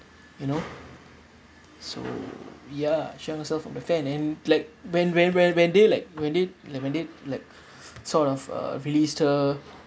you know so ya she hung herself on the fan and like when when when when they like when they like when they like sort of uh released her